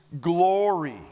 glory